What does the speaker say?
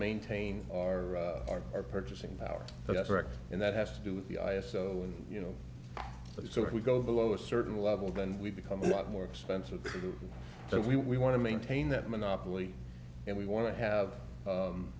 maintain our our our purchasing power that's correct and that has to do with the i s o and you know so if we go below a certain level then we become a lot more expensive so we want to maintain that monopoly and we want to have